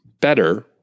better